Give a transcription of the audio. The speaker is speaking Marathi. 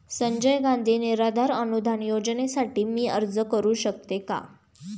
संजय गांधी निराधार अनुदान योजनेसाठी मी अर्ज करू शकते का?